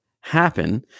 happen